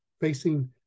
facing